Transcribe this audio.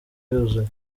yuzuye